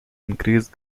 increase